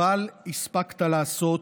אבל הספקת לעשות